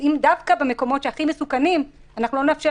אם דווקא במקומות הכי מסוכנים לא נאפשר